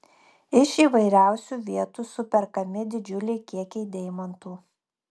iš įvairiausių vietų superkami didžiuliai kiekiai deimantų